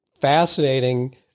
fascinating